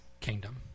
kingdom